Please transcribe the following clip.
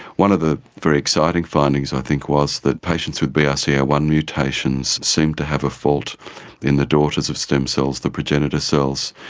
one of the very exciting findings i think was that patients with b r c a one mutations seem to have a fault in the daughters of stem cells, the progenitor cells.